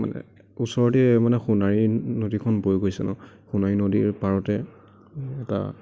মানে ওচৰতে মানে সোণাৰী নদীখন বৈ গৈছে ন সোণাৰী নদীৰ পাৰতে এটা